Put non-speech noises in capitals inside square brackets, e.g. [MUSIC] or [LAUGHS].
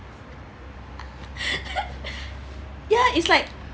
[LAUGHS] ya it's like